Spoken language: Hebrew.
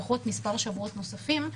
לפחות מספר שבועות נוספים,